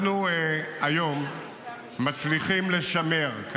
אנחנו היום מצליחים לשמר בהצלחה רבה,